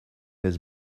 his